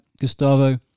Gustavo